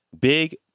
Big